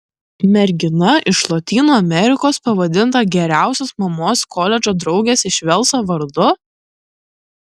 mergina iš lotynų amerikos pavadinta geriausios mamos koledžo draugės iš velso vardu